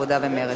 העבודה ומרצ.